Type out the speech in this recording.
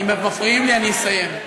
מפריעים לי, אני אסיים.